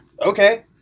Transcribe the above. okay